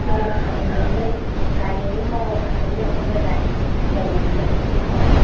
ꯒꯥꯔꯤ ꯑꯃ ꯊꯧꯔꯒ ꯑꯗꯨꯝ ꯂꯥꯛꯑꯣ ꯅꯈꯣꯏ ꯒꯥꯔꯤ ꯂꯩꯕꯅꯤꯅ ꯑꯗꯨꯝ ꯂꯥꯛꯑꯣꯕꯀꯣ